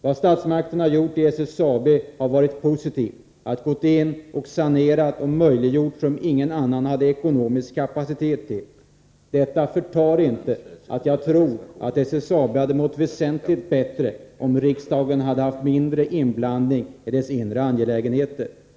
Vad statsmakterna har gjort i SSAB har varit positivt. Man har gått in och möjliggjort sådant som ingen annan haft ekonomisk kapacitet till. Trots detta tror jag emellertid att SSAB hade mått väsentligt bättre om riksdagen hade blandat sig mindre i de inre angelägenheterna.